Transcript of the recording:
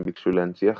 הם ביקשו להנציח